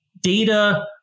data